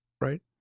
right